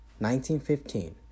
1915